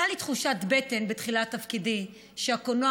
הייתה לי תחושת בטן בתחילת תפקידי שהקולנוע